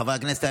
חברי הכנסת,